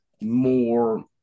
more